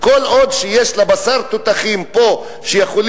וכל עוד יש לה בשר תותחים פה שיכול